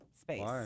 space